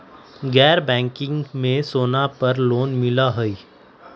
गैर बैंकिंग में सोना पर लोन मिलहई?